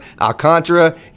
Alcantara